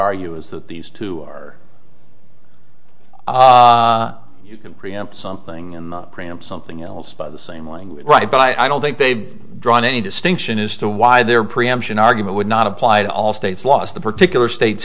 argue is that these two are you can preempt something in something else by the same language right but i don't think they've drawn any distinction as to why they're preemption argument would not apply to all states laws the particular states